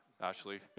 Ashley